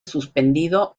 suspendido